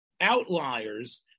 outliers